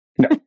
No